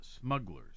Smugglers